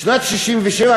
בשנת 1967,